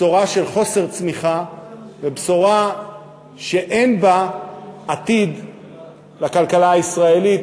בשורה של חוסר צמיחה ובשורה שאין בה עתיד לכלכלה הישראלית.